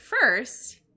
first